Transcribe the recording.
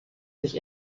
sich